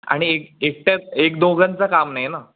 आणि एक एकटं एक दोघांचं काम नाही आहे ना